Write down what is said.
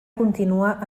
continua